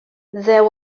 there